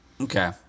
Okay